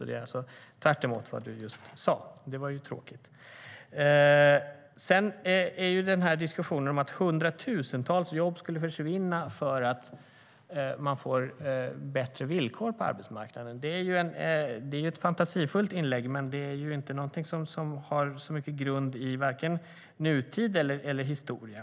Det är alltså tvärtemot vad du just sa, Katarina Brännström, och det är ju tråkigt. Sedan hävdar Katarina Brännström att hundratusentals jobb skulle försvinna för att man får bättre villkor på arbetsmarknaden. Det är ett fantasifullt inlägg, men det är inget som har mycket till grund i vare sig nutiden eller historien.